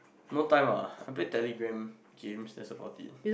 no time ah I play Telegram games that's about it